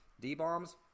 D-bombs